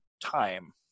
time